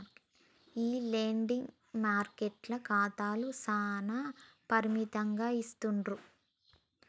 ఈ లెండింగ్ మార్కెట్ల ఖాతాలు చానా పరిమితంగా ఇస్తాండ్రు